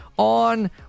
on